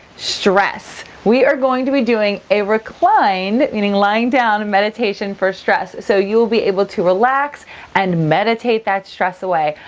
stress. we are going to be doing a recline, meaning lying down in meditation for stress so you will be able to relax and meditate that stress away.